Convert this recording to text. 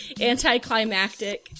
anticlimactic